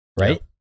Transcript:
Right